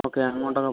okay അങ്ങോട്ടൊക്കെ